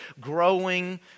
Growing